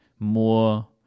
more